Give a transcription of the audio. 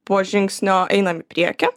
po žingsnio einam į priekį